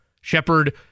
Shepard